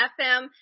FM